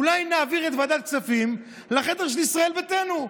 אולי נעביר את ועדת כספים לחדר של ישראל ביתנו.